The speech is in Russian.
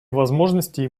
возможностей